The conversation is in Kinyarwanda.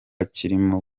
kirimo